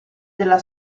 della